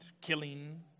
killing